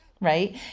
right